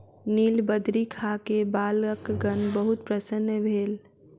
नीलबदरी खा के बालकगण बहुत प्रसन्न भेल